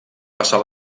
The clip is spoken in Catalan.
passar